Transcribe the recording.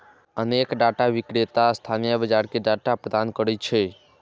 अनेक डाटा विक्रेता स्थानीय बाजार कें डाटा प्रदान करै छै